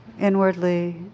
inwardly